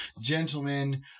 gentlemen